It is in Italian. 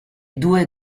due